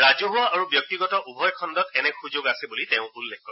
ৰাজহুৱা আৰু ব্যক্তিগত উভয় খণ্ডত এনে সুযোগ আছে বুলি তেওঁ উল্লেখ কৰে